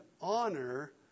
honor